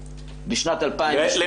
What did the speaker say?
בשנת 2019 העברתי 605 מיליון שקל.